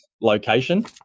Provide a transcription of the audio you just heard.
location